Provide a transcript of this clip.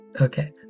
Okay